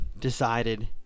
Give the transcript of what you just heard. decided